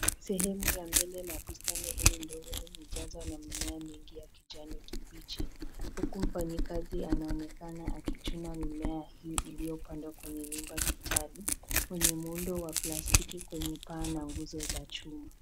Sehemu ya mbele la bustani ilindoo imejazwa na mimea mingi ya kijani kibichi huku mfanyikazi anaonekana akichuna mimea hii iliyopandwa kwenye nyumba kitali wenye muundo wa plastiki kwenye paa na nguzo za chuma.